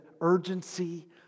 urgency